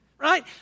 Right